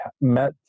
met